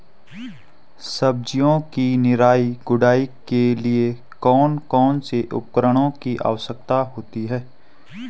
सब्जियों की निराई गुड़ाई के लिए कौन कौन से उपकरणों की आवश्यकता होती है?